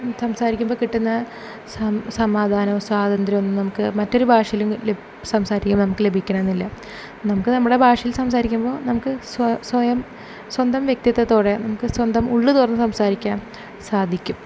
സംസാരിക്കുമ്പോൾ കിട്ടുന്ന സമാ സമാധാനവും സ്വാതന്ത്ര്യമൊന്നും നമുക്ക് മറ്റൊരു ഭാഷയിൽ ലഭ് സംസാരിക്കുമ്പോൾ നമുക്ക് ലഭിക്കണമെന്നില്ല നമുക്ക് നമ്മുടെ ഭാഷയിൽ സംസാരിക്കുമ്പോൾ നമുക്ക് സ്വ സ്വയം സ്വന്തം വ്യക്തിത്വത്തോടെ നമുക്ക് സ്വന്തം ഉള്ളു തുറന്ന് സംസാരിക്കാൻ സാധിക്കും